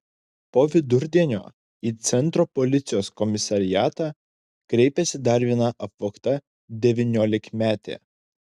po vidurdienio į centro policijos komisariatą kreipėsi dar viena apvogta devyniolikmetė